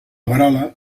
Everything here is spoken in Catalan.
verola